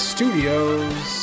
Studios